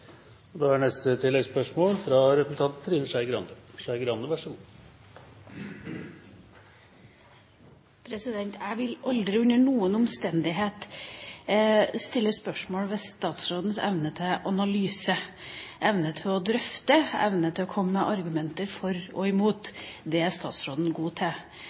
Trine Skei Grande – til oppfølgingsspørsmål. Jeg vil aldri under noen omstendighet stille spørsmål ved statsrådens evne til analyse, evne til å drøfte, evne til å komme med argumenter for og imot. Det er statsråden god til.